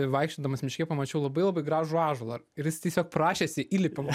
vaikščiodamas miške pamačiau labai labai gražų ąžuolą ir jis tiesiog prašėsi įlipimo